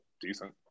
decent